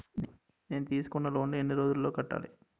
నేను తీసుకున్న లోన్ నీ ఎన్ని రోజుల్లో కట్టాలి?